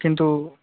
কিন্তু